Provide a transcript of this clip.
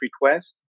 request